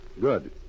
Good